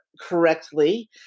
correctly